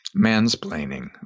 mansplaining